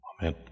Amen